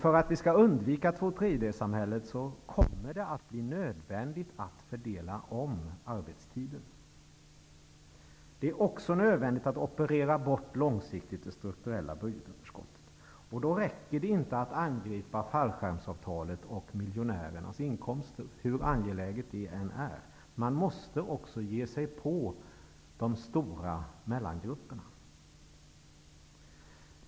För att undvika tvåtredjedelssamhället kommer det att bli nödvändigt att fördela om arbetstiden. Det är också nödvändigt att långsiktigt operera bort det strukturella budgetunderskottet. Då räcker det inte att angripa fallskärmsavtalen och miljonärernas inkomster, hur angeläget det än är, utan man måste också ge sig på de stora mellangrupperna.